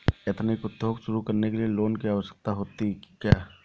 Ethnic उद्योग शुरू करने लिए लोन की आवश्यकता होगी क्या?